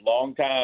longtime